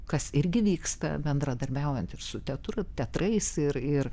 kas irgi vyksta bendradarbiaujant ir su teatru teatrais ir ir